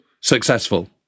successful